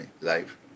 life